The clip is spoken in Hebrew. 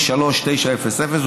התשע"ז 2017,